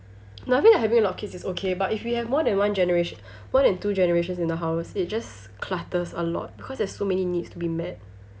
no I feel like having a lot of kids is okay but if you have more than one generation more than two generations in the house it just clutters a lot because there are so many needs to be met